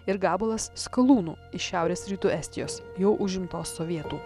ir gabalas skalūnų iš šiaurės rytų estijos jau užimtos sovietų